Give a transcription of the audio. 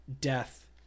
death